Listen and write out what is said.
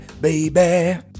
baby